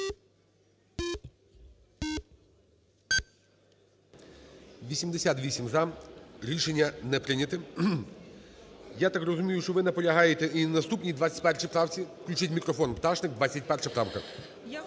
За-88 Рішення не прийнято. Я так розумію, що ви наполягаєте і на наступній, 21 правці. Включіть мікрофон Пташник. 21 правка.